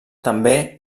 també